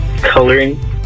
coloring